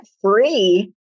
free